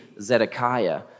Zedekiah